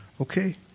Okay